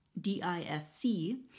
D-I-S-C